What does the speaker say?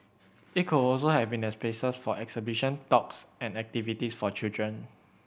it could also have been spaces for exhibition talks and activities for children